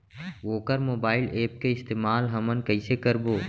वोकर mobile app के इस्तेमाल हमन कइसे करबो?